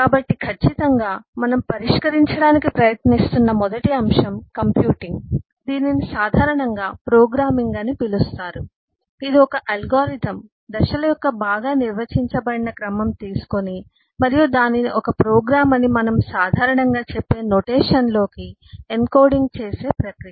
కాబట్టి ఖచ్చితంగా మనము పరిష్కరించడానికి ప్రయత్నిస్తున్న మొదటి అంశం కంప్యూటింగ్ దీనిని సాధారణంగా ప్రోగ్రామింగ్ అని పిలుస్తారు ఇది ఒక అల్గోరిథం దశల యొక్క బాగా నిర్వచించబడిన క్రమం తీసుకొని మరియు దానిని ఒక ప్రోగ్రామ్ అని మనము సాధారణంగా చెప్పే నొటేషన్ లోకి ఎన్కోడింగ్ చేసే ప్రక్రియ